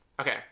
Okay